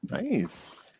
Nice